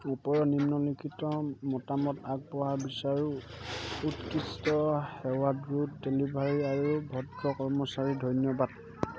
ওপৰত নিম্নলিখিত মতামত আগবঢ়াব বিচাৰোঁ উৎকৃষ্ট সেৱা দ্ৰুত ডেলিভাৰী আৰু ভদ্ৰ কৰ্মচাৰী ধন্যবাদ